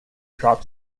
drops